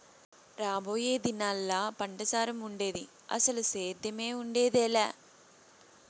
రాబోయే దినాల్లా పంటసారం ఉండేది, అసలు సేద్దెమే ఉండేదెలా